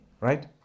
right